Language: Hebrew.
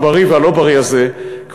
הבריא והלא-בריא הזה,